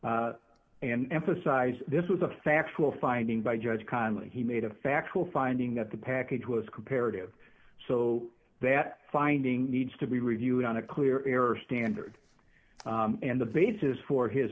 and emphasize this was a factual finding by judge conley he made a factual finding that the package was comparative so that finding needs to be reviewed on a clear error standard and the basis for his